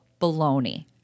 baloney